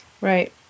Right